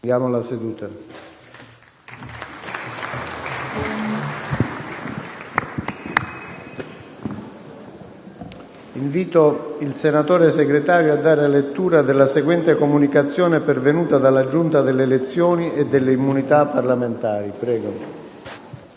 Invito il senatore Segretario a dare lettura della comunicazione pervenuta dalla Giunta delle elezioni e delle immunità parlamentari.